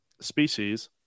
species